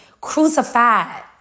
crucified